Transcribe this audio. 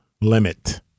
limit